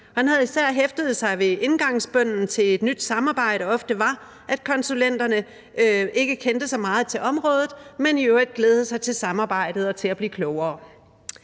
Han havde især hæftet sig ved, at indgangsbønnen til et nyt samarbejde ofte var, at konsulenterne ikke kendte så meget til området, men i øvrigt glædede sig til samarbejdet og til at blive klogere.